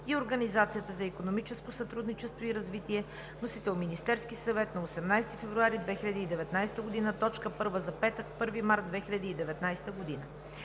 и Организацията за икономическо сътрудничество и развитие. Вносител е Министерският съвет на 18 февруари 2019 г. – точка първа за петък, 1 март 2019 г.